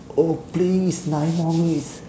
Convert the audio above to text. oh please nine more minutes